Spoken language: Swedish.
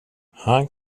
han